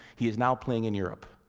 he is now playing in europe.